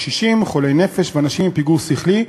קשישים, חולי נפש ואנשים עם פיגור שכלי,